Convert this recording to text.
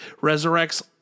resurrects